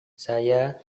saya